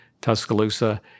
Tuscaloosa